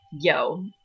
yo